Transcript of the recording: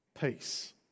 peace